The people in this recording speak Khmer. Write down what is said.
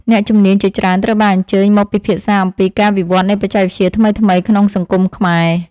អ្នកជំនាញជាច្រើនត្រូវបានអញ្ជើញមកពិភាក្សាអំពីការវិវត្តនៃបច្ចេកវិទ្យាថ្មីៗក្នុងសង្គមខ្មែរ។